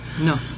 No